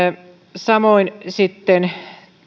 samoin sitten